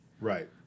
Right